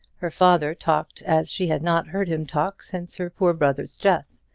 her father talked as she had not heard him talk since her poor brother's death,